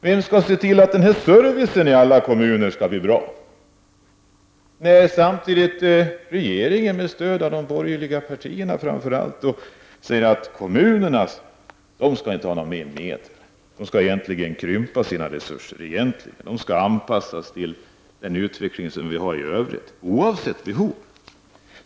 Vem skall se till att servicen blir bra i hela landet, när regeringen med stöd av de borgerliga partierna säger att kommunerna inte skall ha mer medel utan att de egentligen skall krympa sina resurser? Kommunernas verksamhet skall, heter det, anpassas till den utveckling som sker i övrigt, oavsett behov.